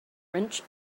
wrench